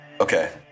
Okay